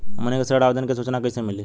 हमनी के ऋण आवेदन के सूचना कैसे मिली?